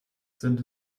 sind